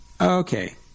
okay